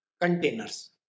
containers